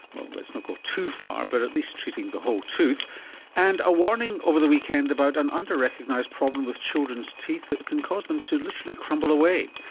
well, let's not go too far, but at least treating the whole tooth and a warning over the weekend about an under-recognised problem with children's teeth that can cause them to literally crumble away.